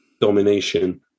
domination